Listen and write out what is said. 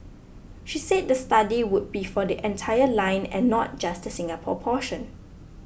she said the study would be for the entire line and not just the Singapore portion